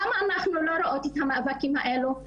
למה אנחנו לא רואות את המאבקים האלו?